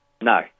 No